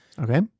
Okay